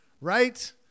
right